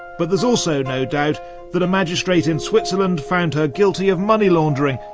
but there's also no doubt that a magistrate in switzerland found her guilty of money laundering.